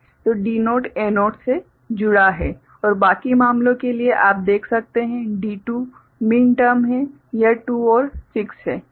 तो D0 A0 से जुड़ा है और बाकी मामलों के लिए आप देख सकते हैं कि D2 - मिन टर्म है यह 2 और 6 है ठीक है